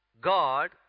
God